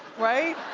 right?